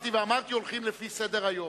שבאתי ואמרתי: הולכים לפי סדר-היום.